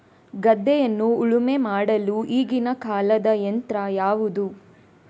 ಗದ್ದೆಯನ್ನು ಉಳುಮೆ ಮಾಡಲು ಈಗಿನ ಕಾಲದ ಯಂತ್ರ ಯಾವುದು?